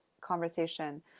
conversation